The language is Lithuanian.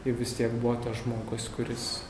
vis tiek buvo tas žmogus kuris